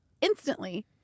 instantly